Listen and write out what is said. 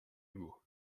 hugo